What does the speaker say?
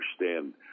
understand